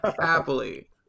happily